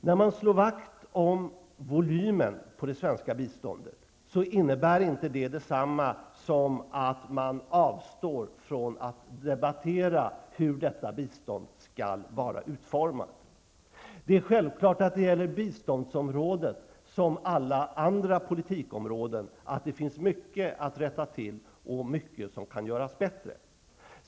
När man slår vakt om volymen på det svenska biståndet innebär det inte detsamma som att avstå från att debattera hur detta bistånd skall vara utformat. Självfallet finns det på biståndsområdet liksom på alla andra politikområden mycket att rätta till och mycket som kan göras bättre.